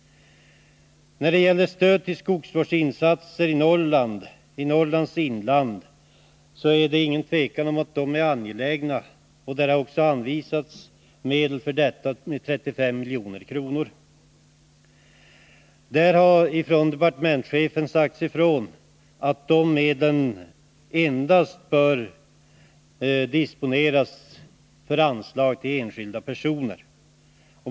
Det råder inget tvivel om att det är angeläget med stöd till skogsvårdsinsatser i Norrlands inland. Det har också anvisats 35 milj.kr. för detta. Departementschefen har sagt ifrån att dessa medel endast bör disponeras för anslag till enskilda personer.